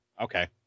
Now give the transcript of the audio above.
Okay